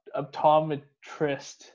optometrist